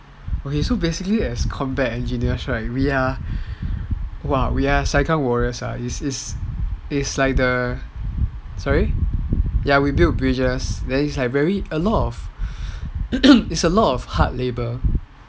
okay so basically as combat engineers right we are sai kang warriors ah ya we build bridges then is like very a lot of hard labour